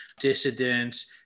dissidents